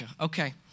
okay